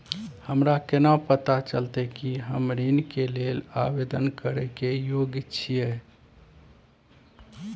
हमरा केना पता चलतई कि हम ऋण के लेल आवेदन करय के योग्य छियै?